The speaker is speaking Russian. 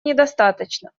недостаточно